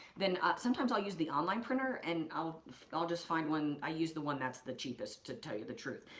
then sometimes i'll use the online printer and i'll i'll just find one, i use the one that's the cheapest, to tell you the truth.